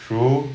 true